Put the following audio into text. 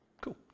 cool